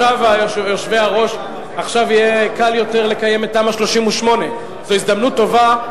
עכשיו יהיה קל יותר לקיים את תמ"א 38. זו הזדמנות טובה,